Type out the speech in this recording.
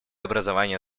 образование